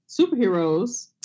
superheroes